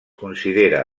considera